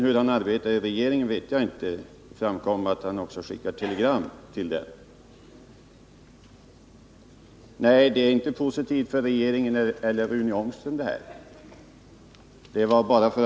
Hur han förde frågan där vet jag inte, men det framkom att han bl.a. skickade telegram. Nej, detta är inte positivt vare sig för regeringen eller för Rune Ångström.